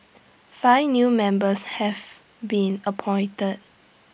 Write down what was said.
five new members have been appointed